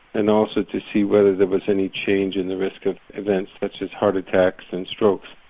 and also to see whether there was any change in the risk of events such as heart attacks and strokes.